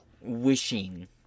wishing